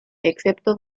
excepto